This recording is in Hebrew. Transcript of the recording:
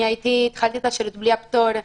אני התחלתי את השירות בלי הפטור,